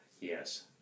Yes